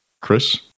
Chris